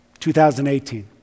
2018